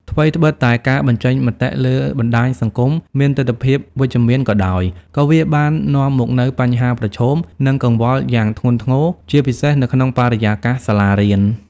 ថ្វីត្បិតតែការបញ្ចេញមតិលើបណ្ដាញសង្គមមានទិដ្ឋភាពវិជ្ជមានក៏ដោយ ក៏វាបាននាំមកនូវ បញ្ហាប្រឈម និងកង្វល់ យ៉ាងធ្ងន់ធ្ងរ ជាពិសេសនៅក្នុងបរិយាកាសសាលារៀន។